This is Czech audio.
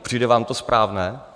Přijde vám to správné?